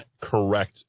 correct